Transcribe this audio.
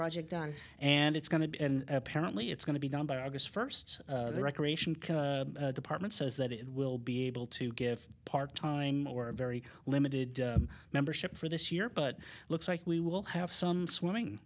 project done and it's going to be apparently it's going to be done by august first the recreation department says that it will be able to get part time or a very limited membership for this year but looks like we will have some swimming